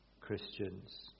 Christians